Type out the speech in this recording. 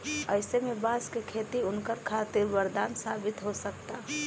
अईसे में बांस के खेती उनका खातिर वरदान साबित हो सकता